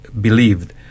believed